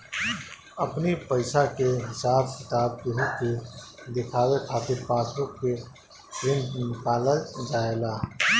अपनी पईसा के हिसाब किताब केहू के देखावे खातिर पासबुक के प्रिंट निकालल जाएला